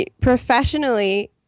professionally